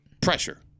Pressure